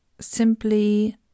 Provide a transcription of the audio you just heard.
simply